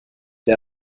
der